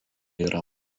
yra